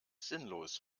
sinnlos